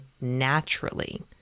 naturally